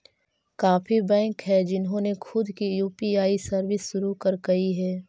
काफी बैंक हैं जिन्होंने खुद की यू.पी.आई सर्विस शुरू करकई हे